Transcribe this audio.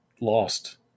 lost